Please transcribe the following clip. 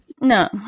no